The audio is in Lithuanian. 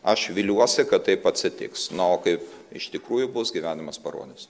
aš viliuosi kad taip atsitiks na o kaip iš tikrųjų bus gyvenimas parodys